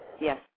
Yes